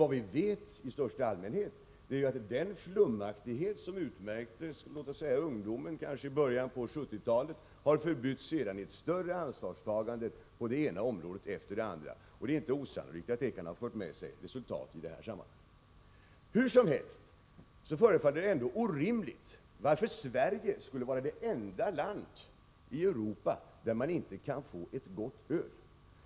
Vad vi vet i största allmänhet är ju att den flumaktighet som kan sägas ha utmärkt ungdomen i början av 1970-talet sedan har förbytts i ett större ansvarstagande på det ena området efter det andra, och det är inte osannolikt att det kan ha givit resultat i det här sammanhanget. Hur som helst förefaller det ändå orimligt att Sverige skall vara det enda land i Europa där man inte kan få ett gott öl.